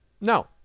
No